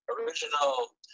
original